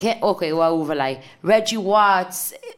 כן, אוקיי, הוא האהוב עליי, רג'י וואטס